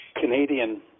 Canadian